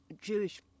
Jewish